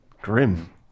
Grim